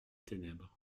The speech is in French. ténèbres